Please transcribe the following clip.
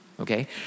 Okay